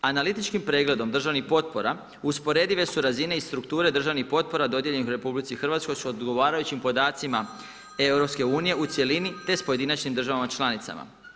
Analitičkim pregledom državnih potpora usporedive su razine i strukture državnih potpora dodijeljenih RH s odgovarajućim podacima EU u cjelini te s pojedinačnim državama članicama.